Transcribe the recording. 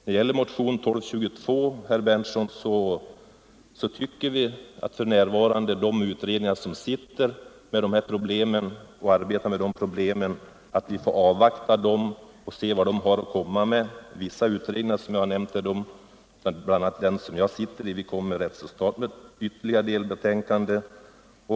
Vad gäller motionen 1222, herr Berndtson, anser vi att man bör avvakta resultatet från de utredningar som för närvarande arbetar med dessa problem. Vissa utredningar, bl.a. den jag sitter med i, kommer snart med ytterligare ett delbetänkande.